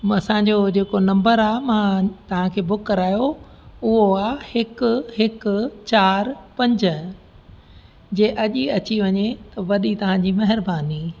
असांजो जेको नम्बर आहे मां तव्हांखे बुक करायो उहो आहे हिकु हिकु चार पंज जे अॼु ई अची वञे त वॾी तव्हांजी महिरबानी